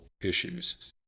issues